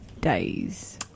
days